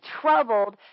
troubled